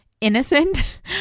innocent